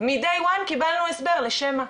מ- DAY ONE קיבלנו הסבר לשם מה.